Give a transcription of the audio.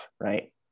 right